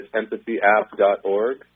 empathyapp.org